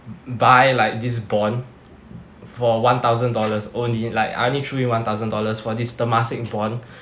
buy like this bond for one thousand dollars only like I only threw one thousand dollars for this temasek bond